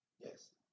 Yes